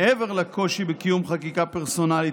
מעבר לקושי בקיום חקיקה פרסונלית,